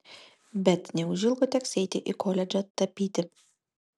bet neužilgo teks eiti į koledžą tapyti